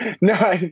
No